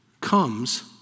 comes